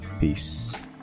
peace